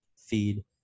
feed